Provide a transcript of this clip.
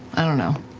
i don't know.